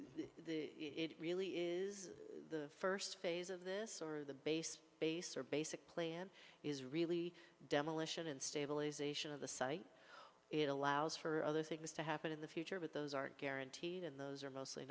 specifically it really is the first phase of this sort of the base base or basic plan is really demolition and stabilization of the site it allows for other things to happen in the future but those aren't guaranteed and those are mostly